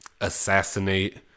assassinate